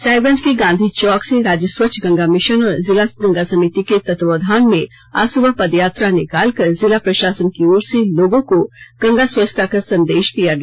साहिबगंज के गांधी चौक से राज्य स्वच्छ गंगा मिशन और जिला गंगा समिति के तत्वाधान में आज सुबह पदयात्रा निकालकर जिला प्रशासन की ओर से लोगों को गंगा स्वच्छता का संदेश दिया गया